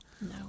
No